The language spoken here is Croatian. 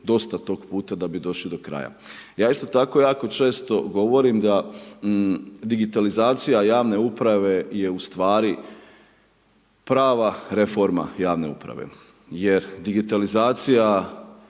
dosta tog put da bi došli do kraja. Ja isto tako jako često govorim da digitalizacija javne uprave je ustvari prava reforma javne uprave jer digitalizacija